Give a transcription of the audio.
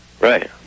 Right